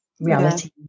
reality